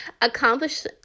accomplish